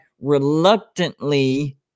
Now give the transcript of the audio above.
reluctantly